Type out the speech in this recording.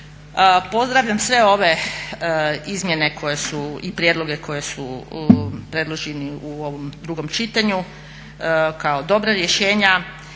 Pozdravljam sve ove izmjene i prijedloge koji su predloženi u ovom drugom čitanju kao dobra rješenja.